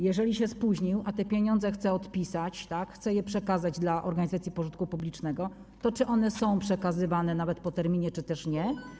Jeżeli się spóźnił, a te pieniądze chce odpisać, chce je przekazać organizacji pożytku publicznego, to czy one są przekazywane nawet po terminie, czy też nie?